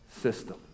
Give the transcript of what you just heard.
system